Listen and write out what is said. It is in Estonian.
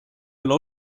peale